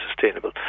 sustainable